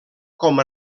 com